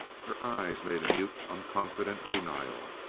her eyes made a mute unconfident denial.